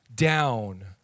down